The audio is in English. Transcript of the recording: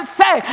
say